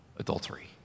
adultery